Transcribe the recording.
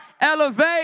Elevate